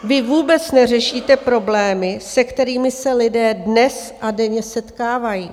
Vy vůbec neřešíte problémy, se kterými se lidé dnes a denně setkávají.